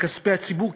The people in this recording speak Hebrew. בכספי הציבור,